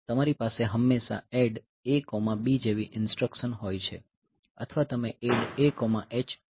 તમારી પાસે હંમેશા ADD A B જેવી ઇન્સટ્રકશન હોય છે અથવા તમે ADD A H કહી શકો છો